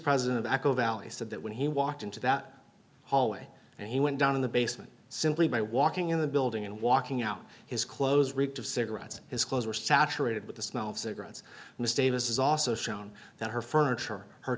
president of acol valley said that when he walked into that hallway and he went down in the basement simply by walking in the building and walking out his clothes reeked of cigarettes his clothes were saturated with the smell of cigarettes and the state has also shown that her furniture her